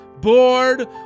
bored